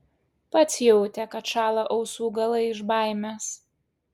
pats jautė kad šąla ausų galai iš baimės